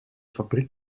fabriek